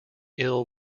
ill